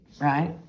right